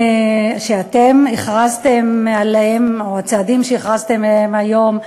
או הצעדים שאתם הכרזתם עליהם היום,